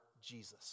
Jesus